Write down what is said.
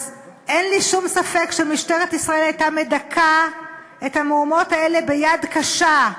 אז אין לי שום ספק שמשטרת ישראל הייתה מדכאת את המהומות האלה ביד קשה,